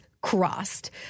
crossed